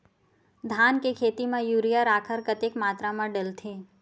धान के खेती म यूरिया राखर कतेक मात्रा म डलथे?